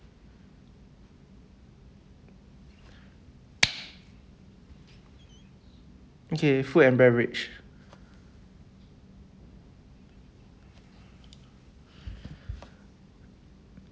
okay food and beverage